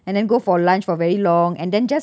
and then go for lunch for very long and then just